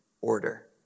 order